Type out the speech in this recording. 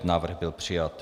Návrh byl přijat.